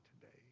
today